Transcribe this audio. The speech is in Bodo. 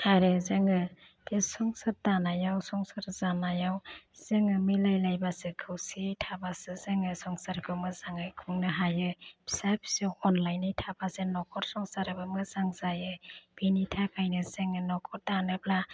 आरो जोङो बे संसार दानायाव बे संसार जानायाव जोङो मिलायलायबासो खौसेयै थाबासो जोङो संसारखौ मोजाङै खुंनो हायो फिसा फिसौ अनलायनाय थाबासो नखर संसाराबो मोजां जायो बिनि थाखायनो जोङो नखर दानोब्ला